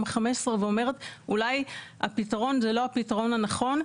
ה-15 שאולי הפתרון הוא לא הפתרון הנכון,